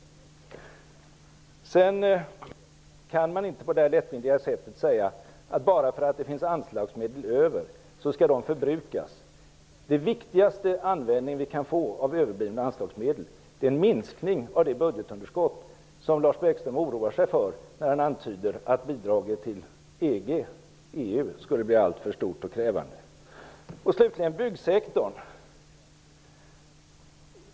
Sedan kan man inte på det här lättvindiga sättet säga att bara för att det finns anslagsmedel över skall de förbrukas. Den viktigaste användning vi kan få av överblivna anslagsmedel är en minskning av det budgetunderskott som Lars Bäckström oroar sig för när han antyder att bidraget till EG/EU skulle bli alltför stort och krävande. Slutligen byggsektorn.